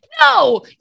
No